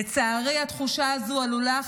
לצערי התחושה הזו עלולה,